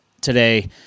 today